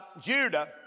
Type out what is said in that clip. Judah